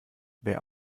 wer